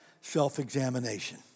self-examination